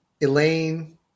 Elaine